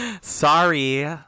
Sorry